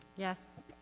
Yes